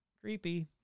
Creepy